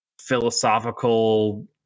philosophical